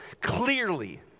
Clearly